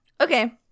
Okay